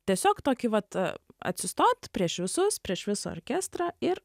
tiesiog tokį vat atsistot prieš visus prieš visą orkestrą ir